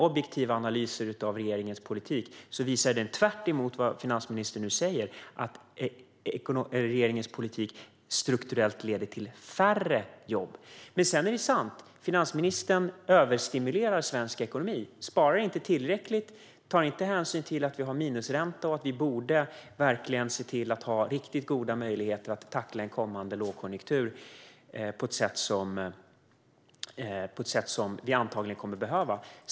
Objektiva analyser av regeringens politik visar tvärtemot vad finansministern säger att regeringens politik strukturellt leder till färre jobb. Men det är sant att finansministern överstimulerar svensk ekonomi, inte sparar tillräckligt och inte tar hänsyn till att det råder minusränta och att det borde finnas riktigt goda möjligheter att tackla en kommande lågkonjunktur på ett sätt som vi antagligen kommer att behöva.